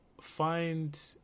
find